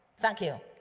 thank you.